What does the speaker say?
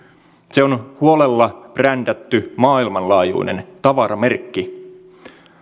se on on huolella brändätty maailmanlaajuinen tavaramerkki